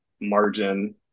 margin